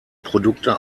produkte